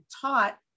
taught